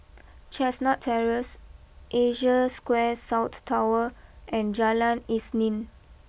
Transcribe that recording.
Chestnut Terrace Asia Square South Tower and Jalan Isnin